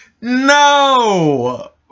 no